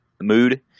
mood